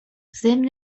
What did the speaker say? ضمن